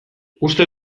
uste